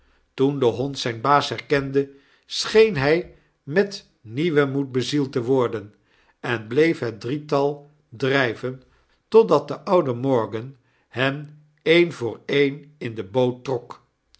toen de hond zyn baas herkende scheen hy met nieuwen moed bezield te worden en bleef het drietal dryven totdat de oude morgan hen een voor een in de boot trok